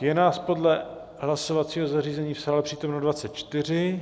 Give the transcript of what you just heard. Je nás podle hlasovacího zařízení v sále přítomno 24.